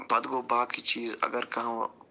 پتہٕ گوٚو باقٕے چیٖز اگر کانٛہہ